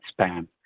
spam